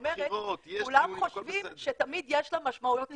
אומרת, כולם חושבים שתמיד יש משמעויות נסתרות.